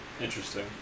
Interesting